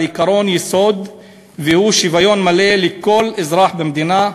עקרון יסוד והוא שוויון מלא לכל אזרח במדינה,